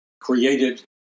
created